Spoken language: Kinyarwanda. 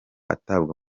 atabwa